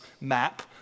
map